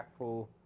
impactful